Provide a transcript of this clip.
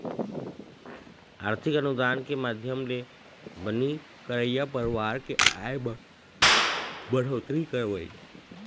आरथिक अनुदान के माधियम ले बनी करइया परवार के आय म बड़होत्तरी करवई